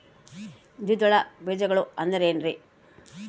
ದ್ವಿದಳ ಬೇಜಗಳು ಅಂದರೇನ್ರಿ?